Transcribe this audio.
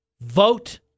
vote